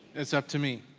it's up to me.